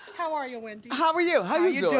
how are you, wendy? how are you? how you you